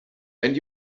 and